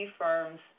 firms